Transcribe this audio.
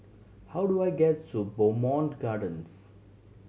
how do I get to Bowmont Gardens